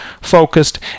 focused